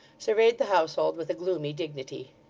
surveyed the household with a gloomy dignity.